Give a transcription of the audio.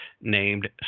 named